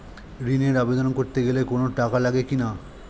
ঋণের আবেদন করতে গেলে কোন টাকা লাগে কিনা?